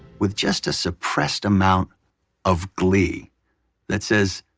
with just a suppressed amount of glee that says,